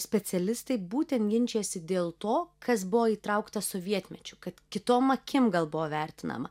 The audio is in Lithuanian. specialistai būtent ginčijasi dėl to kas buvo įtraukta sovietmečiu kad kitom akim gal buvo vertinama